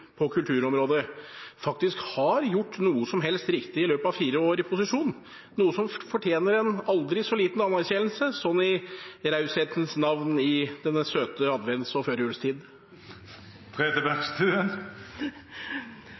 på kulturområdet faktisk har gjort noe som helst riktig i løpet av fire år i posisjon, noe som fortjener en aldri så liten anerkjennelse, sånn i raushetens navn i denne søte advents- og førjulstid?